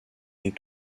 n’est